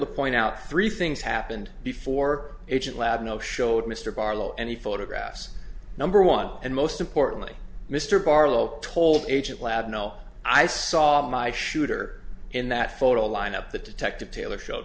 to point out three things happened before agent lab no showed mr barlow and he photographs number one and most importantly mr barlow told agent ladd no i saw my shooter in that photo lineup the detective taylor showed